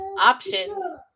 options